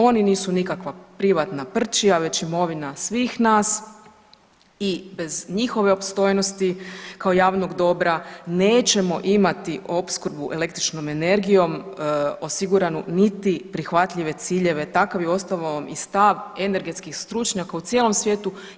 Oni nisu nikakva privatna prčija već imovina svih nas i bez njihove opstojnosti kao javnog dobra nećemo imati opskrbu električnom energijom osiguranu, niti prihvatljive ciljeve takav je uostalom i stav energetskih stručnjaka u cijelom svijetu.